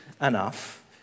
enough